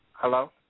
Hello